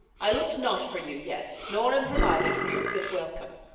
i look'd not for you yet, nor am provided for your fit welcome.